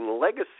legacy